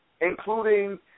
including